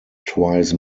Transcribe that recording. twice